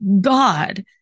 God